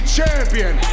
champion